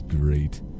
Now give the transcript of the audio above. great